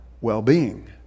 well-being